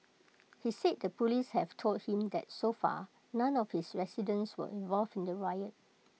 he said the Police have told him that so far none of his residents were involved in the riot